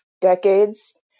decades